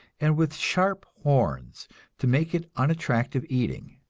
and with sharp horns to make it unattractive eating.